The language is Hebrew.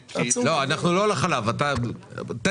10:03) אבל דיברת על להחריג.